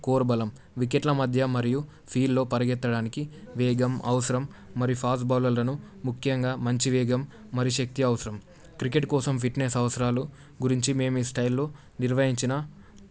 core బలం వికెట్ల మధ్య మరియు ఫీల్డ్లో పరిగెత్తడానికి వేగం అవసరం మరియు ఫాస్ట్ బౌలర్లను ముఖ్యంగా మంచి వేగం మరియు శక్తి అవసరం క్రికెట్ కోసం ఫిట్నెస్ అవసరాల గురించి మేమీ స్టైల్లో నిర్వహించిన